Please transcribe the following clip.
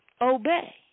Obey